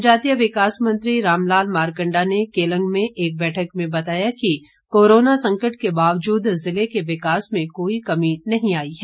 जनजातीय विकास मंत्री रामलाल मारकंडा ने केलंग में एक बैठक में बताया कि कोरोना संकट के बावजूद जिले के विकास में कोई कमी नहीं आई है